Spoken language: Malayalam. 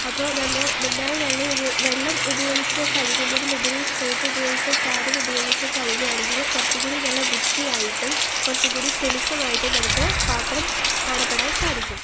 അപ്പോൾ നല്ല നന്നായി വെള്ളം ഉപയോഗിച്ച് കഴുകുന്നതിലുപരി സോപ്പ് ഉപയോഗിച്ചും ചാരം ഉപയോഗിച്ചും കഴുകുകയാണെങ്കിൽ കുറച്ചുംകൂടി നല്ല വൃത്തിയായിട്ടും കുറച്ചുംകൂടി തെളിച്ചമായിട്ടും നമുക്ക് പാത്രം കാണപ്പെടാൻ സാധിക്കും